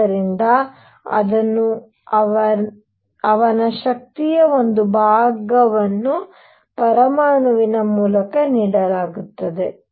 ಆದ್ದರಿಂದ ಅದನ್ನು ಅವನ ಶಕ್ತಿಯ ಒಂದು ಭಾಗವನ್ನು ಪರಮಾಣುವಿನ ಮೂಲಕ ನೀಡಲಾಗುತ್ತದೆ